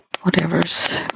whatever's